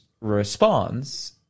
responds